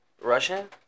Russian